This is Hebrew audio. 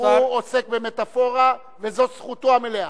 הוא עוסק במטאפורה, וזאת זכותו המלאה.